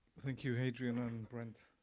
thank you, hadrien and brent.